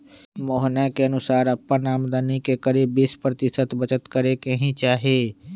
मोहना के अनुसार अपन आमदनी के करीब बीस प्रतिशत बचत करे के ही चाहि